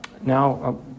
Now